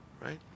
Right